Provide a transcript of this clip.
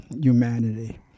humanity